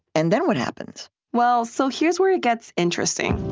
and then what happens? well, so here's where it gets interesting